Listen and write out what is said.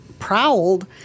prowled